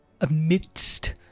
amidst